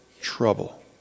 trouble